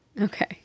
Okay